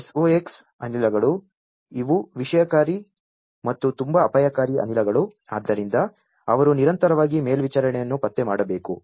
SOx ಅನಿಲಗಳು ಇವು ವಿಷಕಾರಿ ಮತ್ತು ತುಂಬಾ ಅಪಾಯಕಾರಿ ಅನಿಲಗಳು ಆದ್ದರಿಂದ ಅವರು ನಿರಂತರವಾಗಿ ಮೇಲ್ವಿಚಾರಣೆಯನ್ನು ಪತ್ತೆ ಮಾಡಬೇಕು